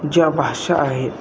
ज्या भाषा आहेत